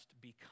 become